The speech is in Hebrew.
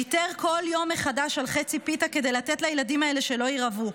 ויתר כל יום מחדש על חצי פיתה כדי לתת לילדים האלה שלא ירעבו.